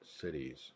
cities